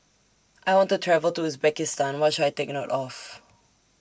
I want to travel to Uzbekistan What should I Take note of